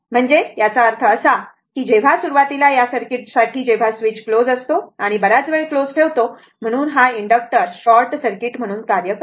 म्हणजे याचा अर्थ असा की जेव्हा सुरुवातीला या सर्किटसाठी जेव्हा स्विच क्लोज असते आणि बराच वेळ क्लोज ठेवतो म्हणून इनडक्टर हा शॉर्ट सर्किट म्हणून कार्य करतो